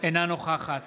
אינה נוכחת